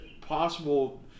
possible